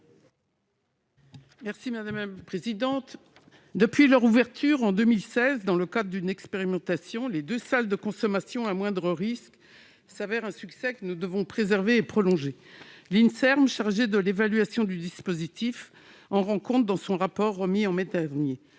Mme Raymonde Poncet Monge. Depuis leur ouverture en 2016 dans le cadre d'une expérimentation, les deux seules salles de consommation à moindre risque sont un succès que nous devons préserver et perpétuer. L'Inserm, qui est chargé de l'évaluation du dispositif, en rend compte dans son rapport remis en mai dernier.